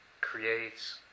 creates